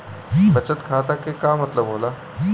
बचत खाता के का मतलब होला?